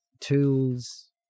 tools